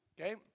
Okay